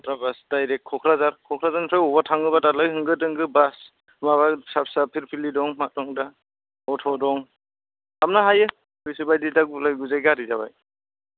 ultra bus direct Kokrajhar क'क्राझारनिफ्राय अबेयावबा थांनोबा दालाय होंगो दोंगो बास माबा फिसा फिसा फिरफिलि दं मा दं दा अथ' दं थांनो हायो गोसो बायदि दा गुलाय गुजाय गारि जाबाय